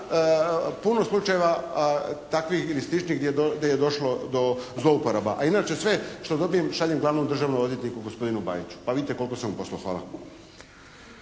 puno slučajeva takvih ili sličnih gdje je došlo do zlouporaba. A inače sve što dobijem šaljem glavnom državnom odvjetniku gospodinu Bajiću. Pa vidite koliko sam poslao.